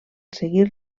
seguir